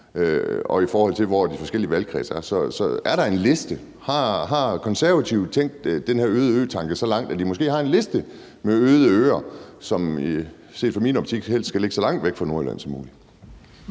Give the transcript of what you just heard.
i forhold til hvor de forskellige valgkredse er. Så er der en liste? Har Konservative tænkt den her øde ø-tanke så langt, at de måske har en liste med øde øer, som i min optik helst skal ligge så langt væk fra Nordjylland som muligt?